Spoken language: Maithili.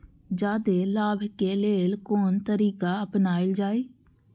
जादे लाभ के लेल कोन तरीका अपनायल जाय?